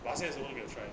but 好险我没有 try